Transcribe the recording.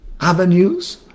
avenues